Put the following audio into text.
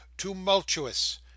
tumultuous